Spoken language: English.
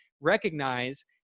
recognize